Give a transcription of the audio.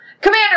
Commander